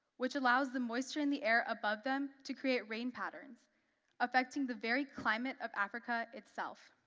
which allows the moisture in the air above them to create rain patterns affecting the very climate of africa itself.